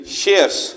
shares